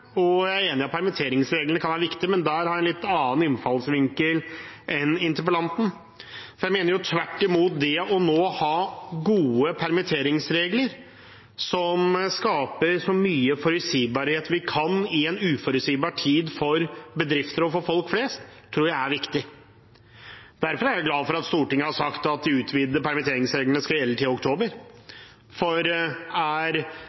Jeg er enig i at permitteringsreglene kan være viktig, men der har jeg en litt annen innfallsvinkel enn interpellanten. Jeg mener tvert imot at det å ha gode permitteringsregler som skaper så mye forutsigbarhet vi kan i en uforutsigbar tid for bedrifter og folk flest, er viktig. Derfor er jeg glad for at Stortinget har sagt at de utvidete permitteringsreglene skal gjelde til oktober. Er